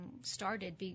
started